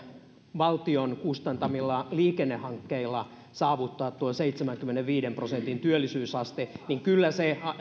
valtion kustantamilla liikennehankkeilla saavuttaa tuo seitsemänkymmenenviiden prosentin työllisyysaste niin kyllä se